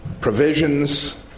provisions